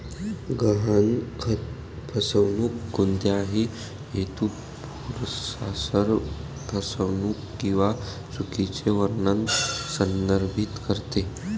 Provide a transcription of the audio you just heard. गहाणखत फसवणूक कोणत्याही हेतुपुरस्सर फसवणूक किंवा चुकीचे वर्णन संदर्भित करते